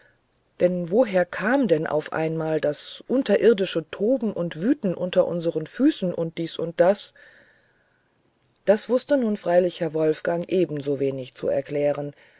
denn woher kam denn auf einmal das unterirdische toben und wüten unter unsern füßen und dies und das das wußte nun freilich herr wolfgang ebensowenig zu erklären